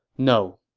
no.